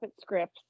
scripts